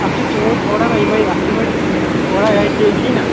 اَتھ چھِ ژوٗنٛٹھۍ تھوڑا نا یِمٕے اَتھ چھِ یِمٕے تھوڑا یِہٕے ٹیٚکۍ ہِی نا